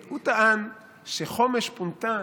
הוא טען שחומש פונתה